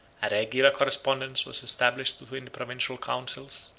a regular correspondence was established between the provincial councils,